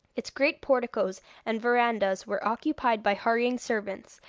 its great porticoes and verandahs were occupied by hurrying servants,